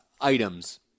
items